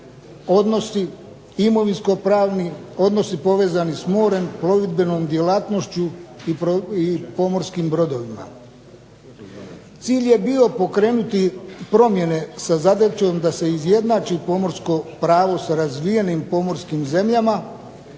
odnosi imovinsko-pravni odnosi povezani s morem, provedbenom djelatnošću i pomorskim brodovima. Cilj je bio pokrenuti promjene sa zadaćom da se izjednači pomorsko pravo sa razvijenim pomorskim zemljama